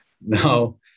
No